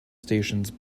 stations